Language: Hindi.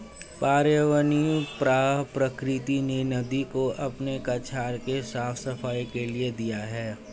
पर्यावरणीय प्रवाह प्रकृति ने नदी को अपने कछार के साफ़ सफाई के लिए दिया है